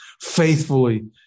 Faithfully